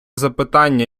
запитання